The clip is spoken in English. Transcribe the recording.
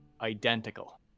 identical